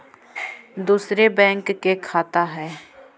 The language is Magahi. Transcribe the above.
दुसरे बैंक के खाता हैं?